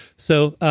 so